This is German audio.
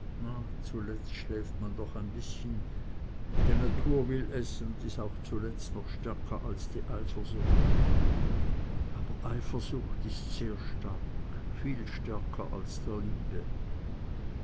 zuletzt schläft man doch ein bißchen die natur will es und is auch zuletzt noch stärker als die eifersucht aber eifersucht ist sehr stark viel stärker als liebe